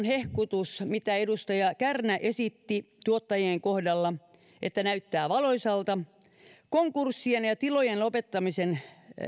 hehkutukseen mitä edustaja kärnä esitti tuottajien kohdalla että näyttää valoisalta niin konkurssien ja tilojen lopettamisen